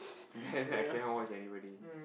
then I cannot watch anybody